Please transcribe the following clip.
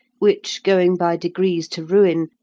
which, going by degrees to ruin,